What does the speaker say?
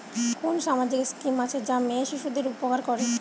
কোন সামাজিক স্কিম আছে যা মেয়ে শিশুদের উপকার করে?